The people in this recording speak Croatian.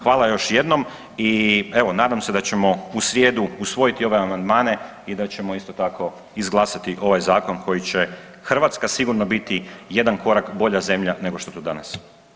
Hvala još jednom i evo, nadam se da ćemo u srijedu usvojiti ove amandmane i da ćemo isto tako izglasati ovaj zakon koji će Hrvatska sigurno biti jedan korak bolja zemlja nego što je to danas.